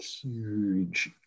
huge